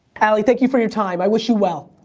allie, thank you for your time. i wish you well.